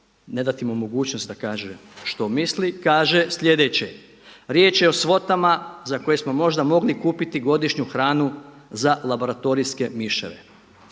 ne dati mu mogućnost da kaže što misli kaže sljedeće: „Riječ je o svotama za koje smo možda mogli kupiti godišnju hranu za laboratorijske miševe.“